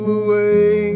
away